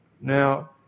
Now